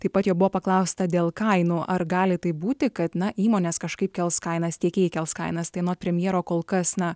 taip pat jo buvo paklausta dėl kainų ar gali taip būti kad na įmonės kažkaip kels kainas tiekėjai kels kainas tai anot premjero kol kas na